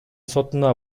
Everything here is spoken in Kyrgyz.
сотуна